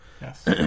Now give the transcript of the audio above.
Yes